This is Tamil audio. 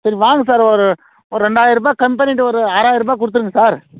சரி வாங்க சார் ஒரு ஒரு ரெண்டாயரூவா கம்மி பண்ணிவிட்டு ஒரு ஆறாயரூவா கொடுத்துடுங்க சார்